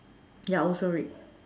ya also red